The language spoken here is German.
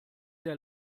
der